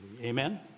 Amen